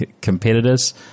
competitors